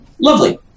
Lovely